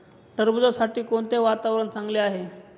टरबूजासाठी कोणते वातावरण चांगले आहे?